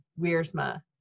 wiersma